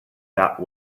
that